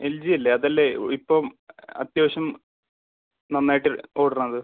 LG ഇല്ലേ അത് അല്ലേ ഇപ്പോൾ അത്യാവശ്യം നന്നായിട്ട് ഓടുന്നത്